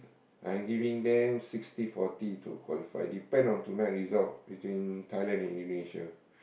I'm giving them sixty forty to qualify depend on tonight result between Thailand and Indonesia